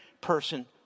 person